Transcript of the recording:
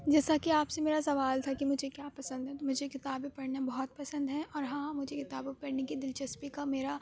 جیسا کہ آپ سے میرا سوال تھا کہ مجھے کیا پسند ہے تو مجھے کتابیں پڑھنا بہت پسند ہیں اور ہاں مجھے کتابیں پڑھنے کی دلچسپی کا میرا